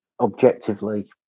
objectively